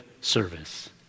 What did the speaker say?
service